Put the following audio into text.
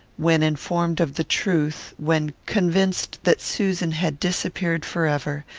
when informed of the truth, when convinced that susan had disappeared forever,